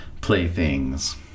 playthings